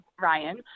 Ryan